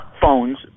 phones